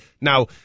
Now